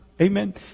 Amen